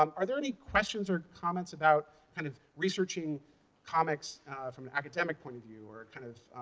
um are there any questions or comments about kind of researching comics from an academic point of view, or kind of